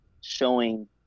showing